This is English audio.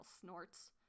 snorts